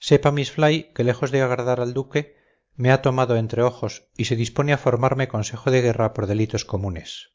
sepa miss fly que lejos de agradar al duque me ha tomado entre ojos y se dispone a formarme consejo de guerra por delitos comunes